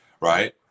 right